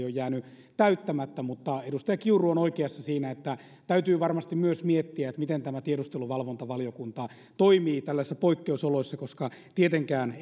ole jäänyt täyttämättä mutta edustaja kiuru on oikeassa siinä että täytyy varmasti myös miettiä miten tämä tiedusteluvalvontavaliokunta toimii tällaisissa poikkeusoloissa koska tietenkään